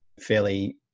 fairly